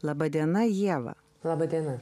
laba diena ieva laba diena